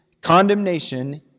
condemnation